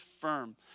firm